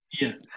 Yes